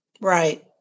right